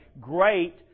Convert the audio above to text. great